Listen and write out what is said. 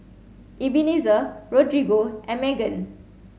Ebenezer Rodrigo and Meggan